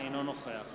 אינו נוכח